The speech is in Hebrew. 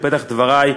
בפתח דברי,